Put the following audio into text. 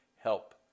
help